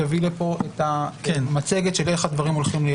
תביא לפה מצגת של איך הדברים הולכים להיראות.